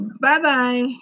Bye-bye